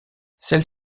celle